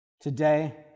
today